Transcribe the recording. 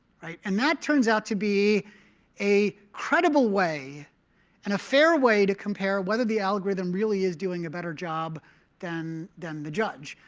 and that turns out to be a credible way and a fair way to compare whether the algorithm really is doing a better job than than the judge.